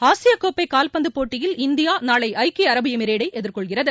ஆசிய கோப்பை கால்பந்து போட்டியில் இந்தியா நாளை ஐக்கிய அரபு எமிரேட்டை எதிர்கொள்கிறது